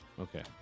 Okay